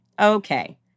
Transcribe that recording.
okay